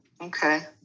Okay